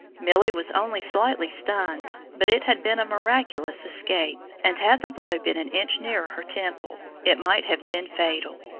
milly was only slightly stunned, but it had been a miraculous escape, and had the blow been an inch nearer her temple it might have been fatal.